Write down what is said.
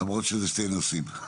למרות שאלו שני נושאים.